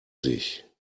sich